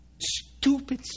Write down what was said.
Stupid